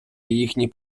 їхній